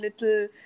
little